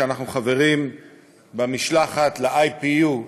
שאנחנו חברים במשלחת ל-IPU,